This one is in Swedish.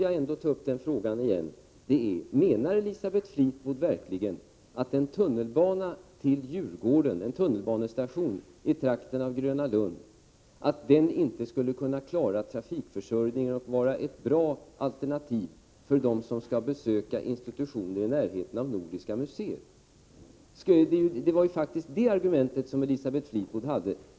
Menar Elisabeth Fleetwood verkligen — måste jag återigen fråga — att en tunnelbana till Djurgården, med en tunnelbanestation i trakten av Gröna Lund, inte skulle kunna klara trafikförsörjningen och vara ett bra alternativ för dem som skall besöka institutioner i närheten av Nordiska museet? Det var det argument som Elisabeth Fleetwood hade.